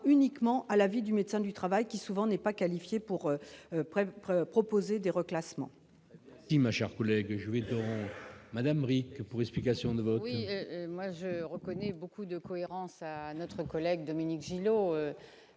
uniquement à l'avis du médecin du travail qui souvent n'est pas qualifié pour pour proposer des reclassements. Image chers collègue de Madame pour explication de vote. Oui, moi je reconnais beaucoup de cohérence à notre collègue Dominique Gillot